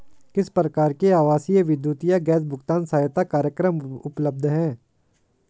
किस प्रकार के आवासीय विद्युत या गैस भुगतान सहायता कार्यक्रम उपलब्ध हैं?